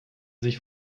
sich